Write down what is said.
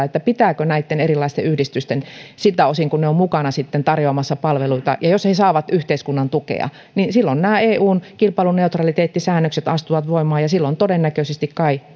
että pitääkö näitten erilaisten yhdistysten siltä osin kuin ne ovat mukana tarjoamassa palveluita ja jos ne saavat yhteiskunnan tukea silloin nämä eun kilpailuneutraliteettisäännökset astuvat voimaan ja silloin todennäköisesti kai